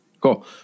cool